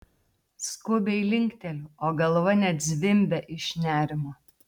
skubiai linkteliu o galva net zvimbia iš nerimo